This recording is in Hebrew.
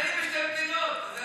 שמעוניינים בשתי מדינות,